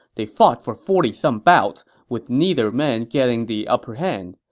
they fought for forty some bouts without either man getting the upperhand.